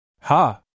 Ha